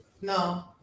No